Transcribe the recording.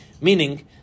meaning